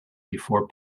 before